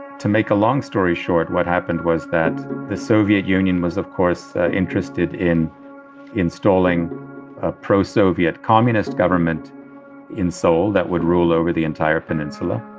to make a long story short, what happened was that the soviet union was, of course, interested in installing a pro-soviet communist government in seoul that would rule over the entire peninsula.